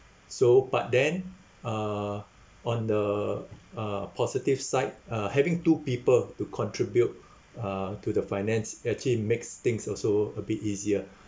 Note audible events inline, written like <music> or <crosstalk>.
so but then uh on the uh positive side uh having two people to contribute <breath> uh to the finance actually makes things also a bit easier <breath>